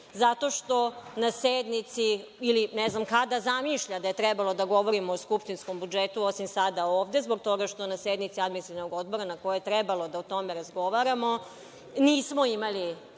zato što na sednici, ili ne znam kada, zamišlja da je trebalo da govorimo o skupštinskom budžetu, osim sada ovde, zbog toga što na sednici Administrativnog odbora, na kojoj je trebalo da o tome razgovaramo, nismo imali